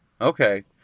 Okay